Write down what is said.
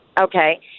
Okay